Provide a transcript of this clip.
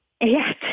Yes